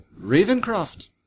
Ravencroft